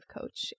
coach